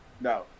No